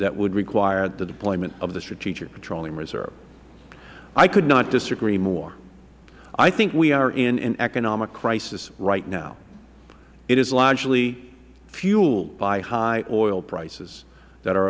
that would require the deployment of the strategic petroleum reserve i could not disagree more i think we are in an economic crisis right now it is largely fueled by high oil prices that are